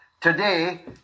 today